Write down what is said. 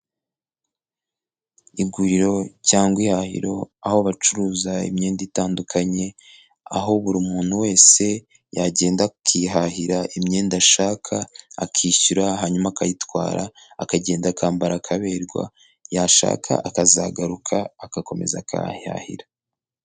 Iguriro cyangwa ihahiro aho bacuruza imyenda itandukanye, aho buri muntu wese yagenda akihahira imyenda ashaka, akishyura hanyuma akayitwara akagenda akambara akaberwa, yashaka akazagaruka agakomeza akahahahira.